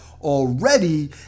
already